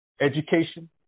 Education